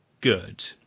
good